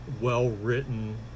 well-written